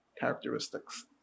characteristics